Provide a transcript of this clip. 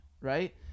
right